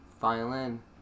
violin